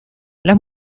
las